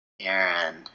Aaron